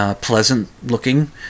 pleasant-looking